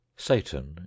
satan